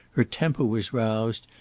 her temper was roused,